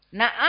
na